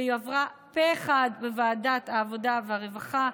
והיא עברה פה אחד בוועדת העבודה והרווחה.